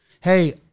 Hey